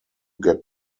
get